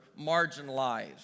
marginalized